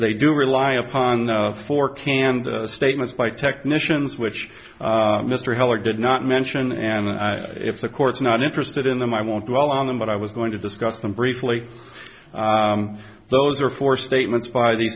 they do rely upon for canned statements by technicians which mr heller did not mention and if the court's not interested in them i won't dwell on them but i was going to discuss them briefly those are four statements by the